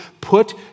put